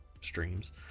streams